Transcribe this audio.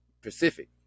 Pacific